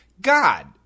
God